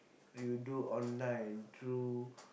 you do online through